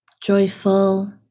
joyful